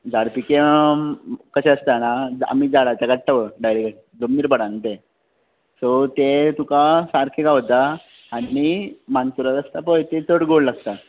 झाडपिके कशे आसता जाणा आमी झाडाचे काडटा डायरेक जमनीर पडना ते सो ते तुका सारके गावता आनी मानकुराद आसता पळय ते चड गोड लागता